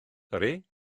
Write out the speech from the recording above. sori